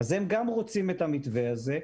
גם הם רוצים את המתווה הזה.